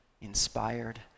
inspired